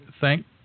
thank